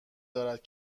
دارد